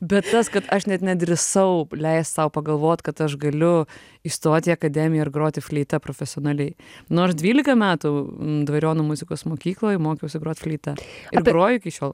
bet tas kad aš net nedrįsau leist sau pagalvot kad aš galiu įstot į akademiją ir groti fleita profesionaliai nors dvylika metų dvariono muzikos mokykloj mokiausi grot fleita ir groju iki šiol